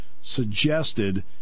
suggested